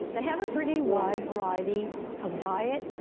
they have a pretty wide variety of diet,